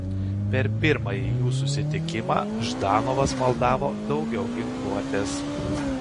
per pirmąjį jų susitikimą ždanovas maldavo daugiau ginkluotės